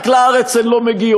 רק לארץ הן לא מגיעות.